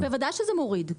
בוודאי שזה מוריד.